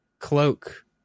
cloak